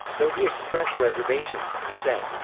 though he expressed reservations, he said,